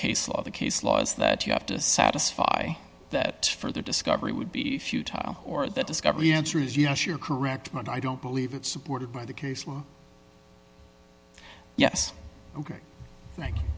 case law the case laws that you have to satisfy that further discovery would be futile or that discovery answer is yes you're correct but i don't believe it's supported by the case law yes ok thank you